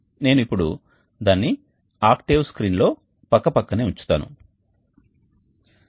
నేను ఇప్పుడు దానిని ఆక్టేవ్ స్క్రీన్తో పక్కపక్కనే ఉంచుతాను